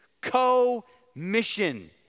co-mission